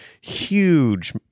huge